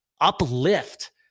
uplift